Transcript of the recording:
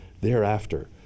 thereafter